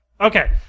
Okay